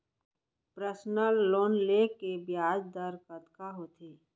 Personal loan ले के ब्याज दर कतका होथे?